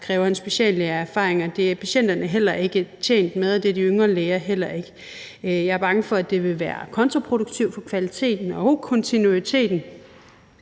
kræver speciallægeerfaring; det er patienterne heller ikke tjent med, og det er de yngre læger heller ikke. Jeg er bange for, at det vil være kontraproduktivt for kvaliteten og kontinuiteten,